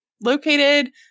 located